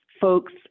folks